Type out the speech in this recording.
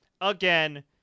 Again